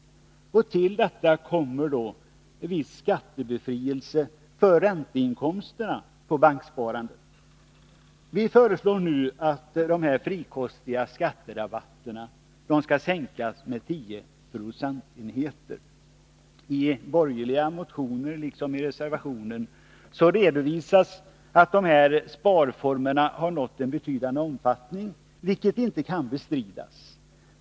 Till detta kommer viss skattebefrielse för ränteinkomsterna på banksparandet. Vi föreslår nu att dessa frikostiga skatterabatter skall sänkas med 10 procentenheter. I borgerliga motioner, liksom i den motsvarande reservationen, redovisas att dessa sparformer har nått en betydande omfattning, vilket inte kan bestridas.